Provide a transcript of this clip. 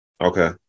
Okay